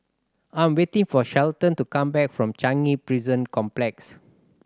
I'm waiting for Shelton to come back from Changi Prison Complex